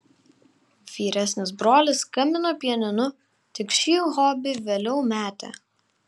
vyresnis brolis skambino pianinu tik šį hobį vėliau metė